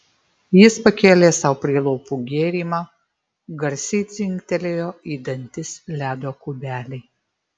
jis pakėlė sau prie lūpų gėrimą garsiai dzingtelėjo į dantis ledo kubeliai